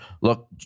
Look